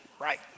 right